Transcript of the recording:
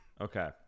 Okay